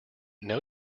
know